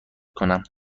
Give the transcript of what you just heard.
کنم